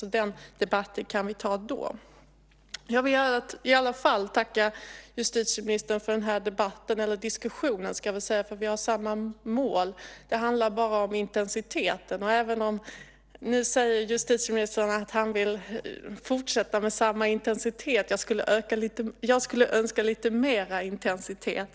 Så den debatten kan vi ta då. Jag vill i alla fall tacka justitieministern för denna debatt, eller diskussion eftersom vi har samma mål. Det handlar bara om intensiteten. Och nu säger justitieministern att han vill fortsätta med samma intensitet. Jag skulle önska lite mer intensitet.